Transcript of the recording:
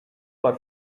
for